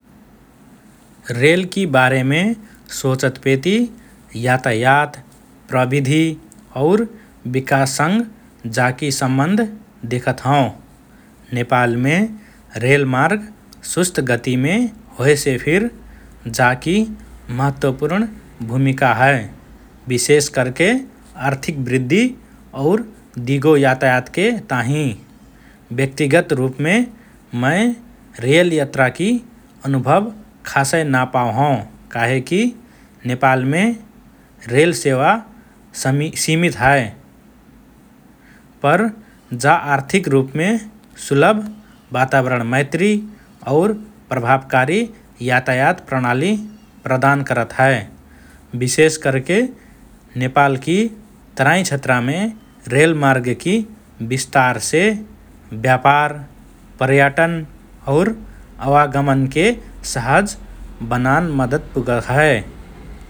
रेलकि बारेमे सोचतपेति यातायात, प्रविधि और विकाससँग जाकि सम्बन्ध देखत हओँ । नेपालमे रेलमार्ग सुस्त गतिमे होएसे फिर जाकि महत्वपूर्ण भूमिका हए । विशेष करके आर्थिक वुद्धि और दिगो यातायातके ताहिँ । व्यक्तिगत रुपमे मए रेल यात्राकि अनुभव खासए ना पाओ हओँ काहेकि नेपालमे रेल सेवा समि–सीमित हए । पर जा आर्थिक रुपमे सुलभ, वातावरणमैत्री और प्रभावकारी यातायात प्रणाली प्रदान करत हए । विशेष करके नेपालकि तराई क्षेत्रमे रेलमार्गकि विस्तारसे व्यापार, पर्यटन और आवागमनके सहज बनान मद्दत पुग्हए ।